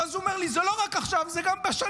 ואז הוא אמר לי: זה לא רק עכשיו, זה גם בשנה,